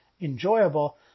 enjoyable